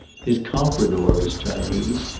his compradore was chinese,